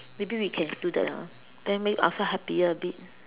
maybe we can do that ah then make ourselves happier a bit